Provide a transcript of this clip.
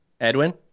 Edwin